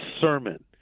sermon